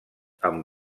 amb